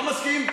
לא מסכים?